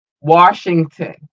Washington